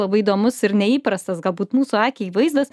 labai įdomus ir neįprastas galbūt mūsų akiai vaizdas